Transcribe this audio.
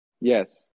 Yes